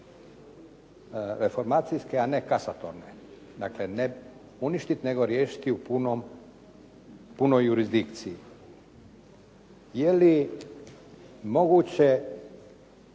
reformacijske, a ne kasatorne. Dakle, ne uništiti, nego riješiti u punoj jurisdikciji. Je li moguće